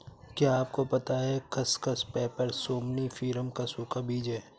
क्या आपको पता है खसखस, पैपर सोमनिफरम का सूखा बीज है?